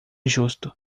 justo